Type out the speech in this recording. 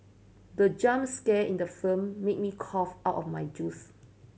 the jump scare in the film made me cough out of my juice